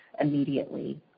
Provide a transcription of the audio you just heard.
immediately